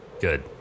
good